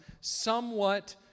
somewhat